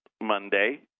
Monday